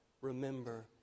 remember